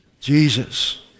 Jesus